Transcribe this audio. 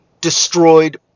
destroyed